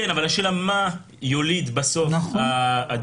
כן, אבל השאלה מה יוליד בסוף הדיון.